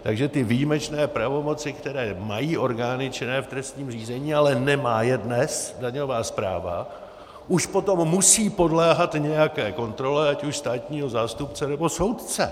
Takže ty výjimečné pravomoci, které mají orgány činné v trestním řízení, ale nemá je dnes daňová správa, už potom musí podléhat nějaké kontrole ať už státního zástupce, nebo soudce.